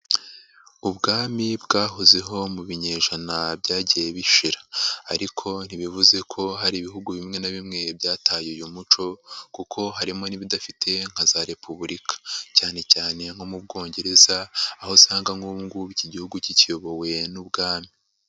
Ubwami bwahozeho mu binyejana byagiye bishira, ariko ntibivuze ko hari ibihugu bimwe na bimwe byataye uyu muco kuko harimo n'ibidafite nka za repubulika, cyanecyane nko mu Bwongereza aho usanga nk'iki gihugu kikiyobowe n'ubwami.